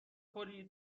خوری